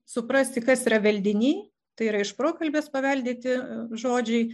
suprasti kas yra veldiniai tai yra iš prokalbės paveldėti žodžiai